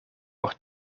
por